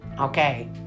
Okay